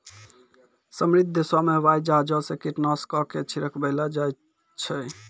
समृद्ध देशो मे हवाई जहाजो से कीटनाशको के छिड़कबैलो जाय छै